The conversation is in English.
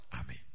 Amen